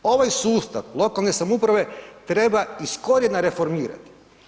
Ovaj sustav lokalne samouprave treba iz korijena reformirati.